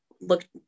look